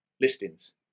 listings